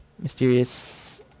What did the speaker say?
Mysterious